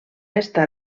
està